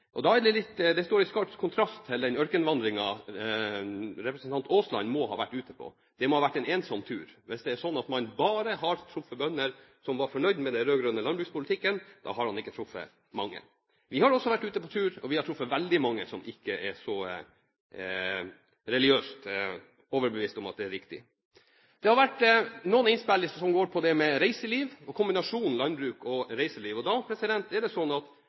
nyansert da hun omtalte sitt møte med bønder, for hun hadde altså møtt næringsutøvere innenfor landbruket som hadde forskjellige oppfatninger av den rød-grønne landbrukspolitikken. Det står i skarp kontrast til den ørkenvandringen representanten Aasland må ha vært ute på. Det må ha vært en ensom tur. Hvis det er slik at man bare har truffet bønder som er fornøyd med den rød-grønne landbrukspolitikken, har han ikke truffet mange. Vi har også vært ute på tur, og vi har truffet veldig mange som ikke er så religiøst overbevist om at den er riktig. Det har vært noen innspill som går på kombinasjonen landbruk og reiseliv. Da